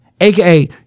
aka